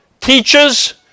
teaches